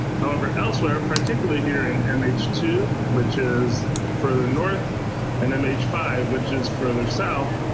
however, elsewhere, particularly here in mh two, which is further north and mh five, which is further south,